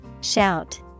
Shout